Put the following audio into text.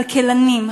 כלכלנים,